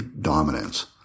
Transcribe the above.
dominance